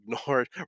ignored